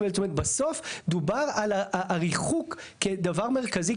בסוף דובר על הריחוק כדבר מרכזי.